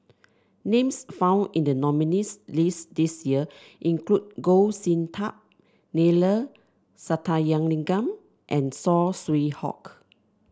names found in the nominees' list this year include Goh Sin Tub Neila Sathyalingam and Saw Swee Hock